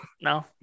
No